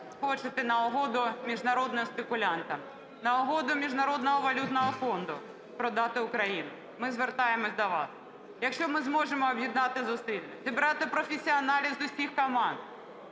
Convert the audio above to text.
хочете на угоду міжнародним спекулянтам, на угоду Міжнародному валютному фонду продати Україну. Ми звертаємось до вас. Якщо ми зможемо об'єднати зусилля, зібрати професіоналів з усіх команд,